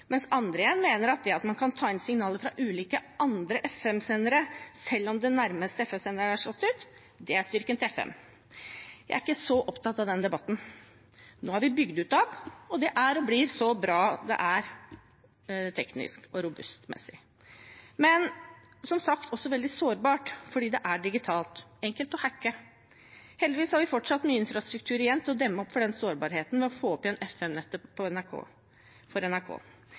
mens andre igjen mener at det at man kan ta inn signaler fra ulike andre FM-sendere, selv om den nærmeste FM-senderen er slått ut, er FMs styrke. Jeg er ikke så opptatt av den debatten. Nå har vi bygd ut DAB, og det er og blir så bra det er, med tanke på det tekniske og robustheten. Men det er som sagt også veldig sårbart, for det er digitalt og enkelt å hacke. Heldigvis har vi fortsatt mye infrastruktur igjen til å demme opp for den sårbarheten ved å få opp igjen FM-nettet for NRK.